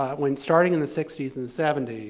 when starting in the sixty s and seventy